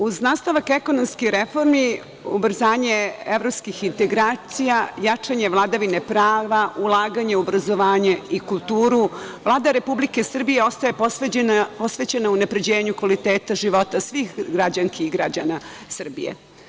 Uz nastavak ekonomskih reformi, ubrzanje evropskih integracija, jačanje vladavine prava, ulaganje u obrazovanje i kulturu, Vlada Republike Srbije ostaje posvećena unapređenju kvaliteta života svih građanki i građana Srbije.